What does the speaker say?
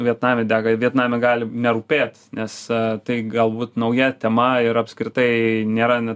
vietname dega vietname gali nerūpėt nes tai galbūt nauja tema ir apskritai nėra net